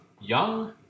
young